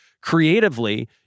creatively